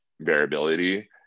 variability